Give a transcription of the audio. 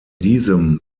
diesem